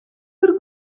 der